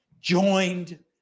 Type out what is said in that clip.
joined